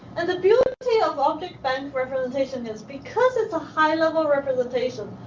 and the beauty of ah objectbank representation is because it's a high-level representation,